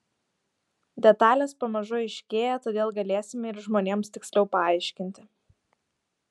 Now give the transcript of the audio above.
detalės pamažu aiškėja todėl galėsime ir žmonėms tiksliau paaiškinti